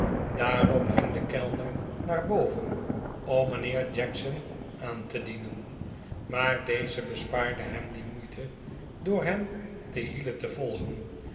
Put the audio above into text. daarop ging de kellner naar boven om mijnheer jackson aan te dienen maar deze bespaarde hem die moeite door hem op de hielen te volgen